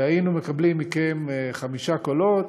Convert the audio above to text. והיינו מקבלים מכם חמישה קולות,